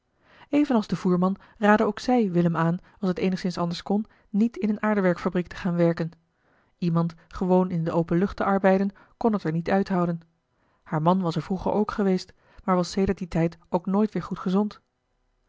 evenals de voerman raadde ook zij willem aan als t eenigszins anders kon niet in eene aardewerkfabriek te gaan werken iemand gewoon in de open lucht te arbeiden kon het er niet uithouden haar man was er vroeger ook geweest maar was sedert dien tijd ook nooit weer goed gezond